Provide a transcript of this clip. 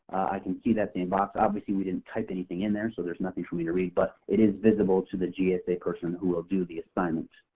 i can see that the inbox, obviously we didn't type anything in there, so there's nothing for me to read. but it is visible to the gsa person who will view the assignment.